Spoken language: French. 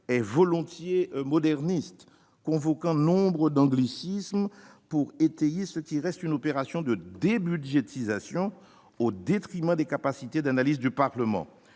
est volontiers moderniste : on convoque nombre d'anglicismes pour étayer ce qui reste une opération de débudgétisation, qui s'effectue au détriment des capacités d'analyse du Parlement.